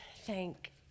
thank